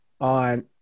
on –